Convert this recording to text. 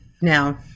now